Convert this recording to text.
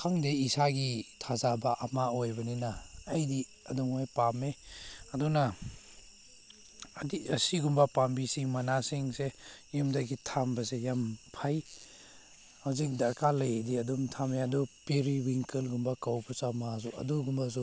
ꯈꯪꯗꯦ ꯏꯁꯥꯒꯤ ꯊꯥꯖꯕ ꯑꯃ ꯑꯣꯏꯕꯅꯤꯅ ꯑꯩꯗꯤ ꯑꯗꯨꯃꯥꯏꯅ ꯄꯥꯝꯃꯦ ꯑꯗꯨꯅ ꯍꯥꯏꯗꯤ ꯑꯁꯤꯒꯨꯝꯕ ꯄꯥꯝꯕꯤꯁꯤꯒꯤ ꯃꯅꯥꯁꯤꯡꯁꯦ ꯌꯨꯝꯗꯒꯤ ꯌꯝꯕꯁꯦ ꯌꯥꯝ ꯐꯩ ꯍꯧꯖꯤꯛ ꯗꯔꯀꯥꯔ ꯂꯩꯔꯗꯤ ꯑꯗꯨꯝ ꯊꯝ ꯌꯥꯏ ꯑꯗꯨ ꯄꯦꯔꯤꯋꯤꯡꯀꯜꯒꯨꯝꯕ ꯀꯧꯕ ꯆꯃꯥꯁꯨ ꯑꯗꯨꯒꯨꯝꯕꯁꯨ